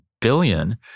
billion